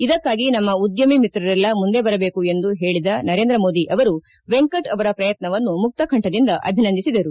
ಇದಕ್ಕಾಗಿ ನಮ್ಮ ಉದ್ಯಮಿ ಮಿತ್ರರೆಲ್ಲ ಮುಂದೆ ಬರಬೇಕು ಎಂದು ಹೇಳಿದ ನರೇಂದ್ರ ಮೋದಿ ಅವರು ವೆಂಕಟ್ ಅವರ ಪ್ರಯತ್ತವನ್ನು ಮುಕ್ತ ಕಂಠದಿಂದ ಅಭಿನಂದಿಸಿದರು